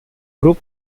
group